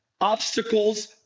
obstacles